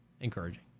encouraging